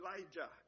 Elijah